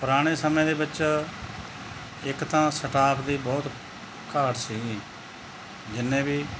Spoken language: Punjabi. ਪੁਰਾਣੇ ਸਮੇਂ ਦੇ ਵਿੱਚ ਇੱਕ ਤਾਂ ਸਟਾਫ਼ ਦੀ ਬਹੁਤ ਘਾਟ ਸੀਗੀ ਜਿੰਨੇ ਵੀ